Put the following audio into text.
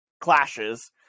clashes